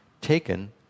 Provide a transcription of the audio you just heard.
taken